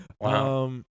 Wow